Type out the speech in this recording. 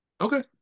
Okay